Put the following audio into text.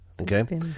okay